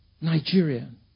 Nigerian